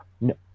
no